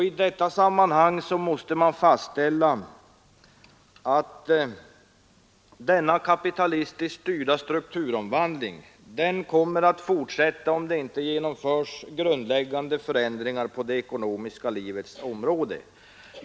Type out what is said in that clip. I detta sammanhang måste man fastställa att denna kapitalistiskt styrda strukturomvandling kommer att fortsätta om det inte genomförs grundläggande förändringar på det ekonomiska livets område.